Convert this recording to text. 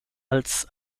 als